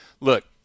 look